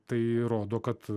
tai rodo kad